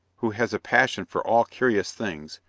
who has a passion for all curious things,